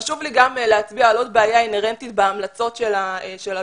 חשוב לי להצביע על עוד בעיה אינהרנטית בהמלצות של הדוח.